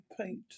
paint